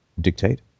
dictate